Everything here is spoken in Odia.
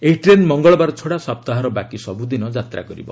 ଏହି ଟ୍ରେନ୍ ମଙ୍ଗଳବାର ଛଡ଼ା ସପ୍ତାହର ବାକି ସବୁ ଦିନ ଯାତ୍ରା କରିବ